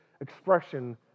expression